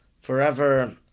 forever